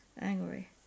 angry